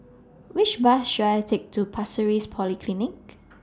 Which Bus should I Take to Pasir Ris Polyclinic